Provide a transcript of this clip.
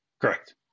Correct